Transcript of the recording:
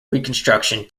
reconstruction